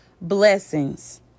blessings